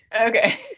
Okay